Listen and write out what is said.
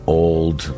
old